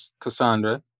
Cassandra